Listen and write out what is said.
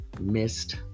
missed